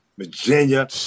Virginia